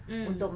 mm